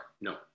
No